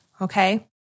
okay